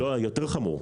לא, יותר חמור.